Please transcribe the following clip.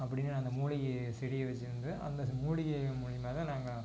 அப்படின்னு அந்த மூலிகைச் செடியை வச்சிருந்து அந்த மூலிகை மூலிமா தான் நாங்கள்